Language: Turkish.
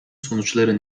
sonuçları